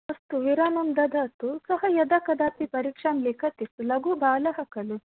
अस्तु विरामं ददातु सः यदा कदापि परीक्षां लिखति लघुबालः खलु